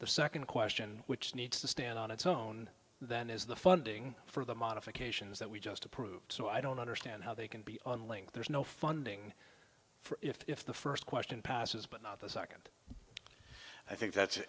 the second question which needs to stand on its own that is the funding for the modifications that we just approved so i don't understand how they can be on link there's no funding for if the first question passes but not the second i think that's